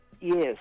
yes